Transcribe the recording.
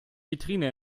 vitrine